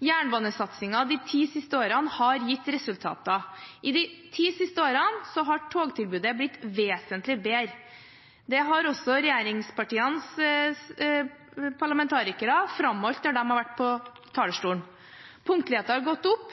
Jernbanesatsingen de ti siste årene har gitt resultater. I de ti siste årene har togtilbudet blitt vesentlig bedre. Det har også regjeringspartienes parlamentarikere framholdt når de har vært på talerstolen. Punktligheten har gått opp,